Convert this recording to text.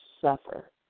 suffer